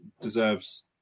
deserves